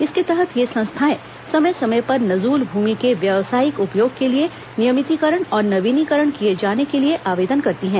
इसके तहत ये संस्थाएं समय समय पर नजूल भूमि के व्यवसायिक उपयोग के लिए नियमितीकरण और नवीनीकरण किए जाने के लिए आवेदन करती हैं